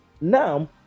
Now